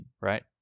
right